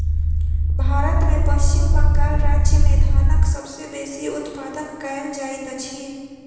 भारत में पश्चिम बंगाल राज्य में धानक सबसे बेसी उत्पादन कयल जाइत अछि